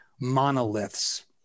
monoliths